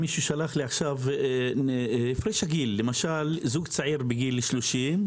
מישהו שלח לי עכשיו: זוג צעיר בגיל 30,